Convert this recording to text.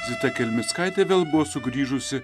zita kelmickaitė vėl buvo sugrįžusi